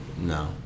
No